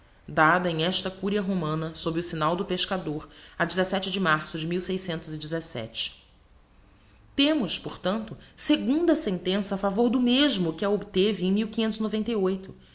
dada em esta curia romana sob o signal do pescador a de março de temos por tanto segunda sentença a favor do mesmo que a obteve em